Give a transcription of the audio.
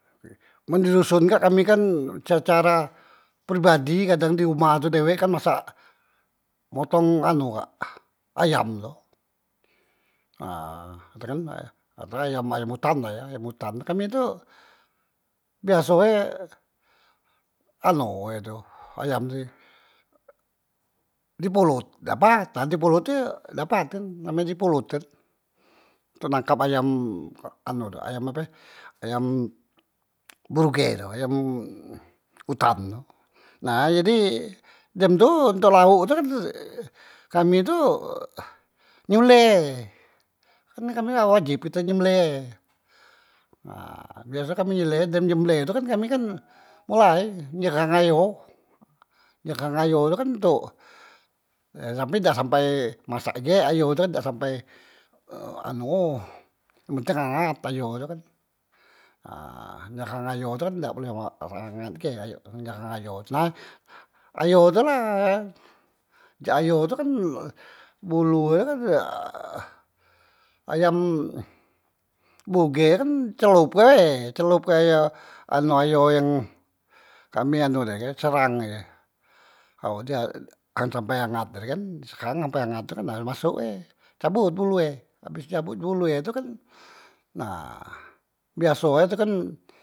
Men di doson kak kami kan secara perbadi kadang di humah tu dewek kan masak motong anu kak ayam tu, ha tu kan, ayam ayam utan la yo ayam utan, kami tu biaso e anu he tu ayam tu di polot dapat, di polot tu dapat kan name di polot kan ntok nangkap ayam anu tu ayam ape, ayam bruge tu ayam utan tu nah jadi dem tu ntok laok tu kan kami tu e nyule kerne kami la wajib nyembeleh e nah biaso kami nyembeleh e dem nyembeleh tu kan kami kan mulai nyerang ayo, nyeghang ayo kan ntok, tapi dak sampai masak ige ayo tu kan dak sampai ee anu yang penting angat ayo tu kan, nah nyeghang ayo tu kan dak pule hangat ige nyeghang ayo tu, nah ayo tu la jak ayo tu kan bulu e tu kan eh ayam buge tu kan celop gale, celop ke ay anu ayo yang kami anu day e serang ye, ao da sampai angat tadi kan seghang sampai angat nah masok be, cabot bulu e abes cabot bulu e tu kan nah biaso e tu kan.